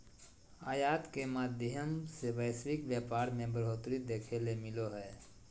आयात के माध्यम से वैश्विक व्यापार मे बढ़ोतरी देखे ले मिलो हय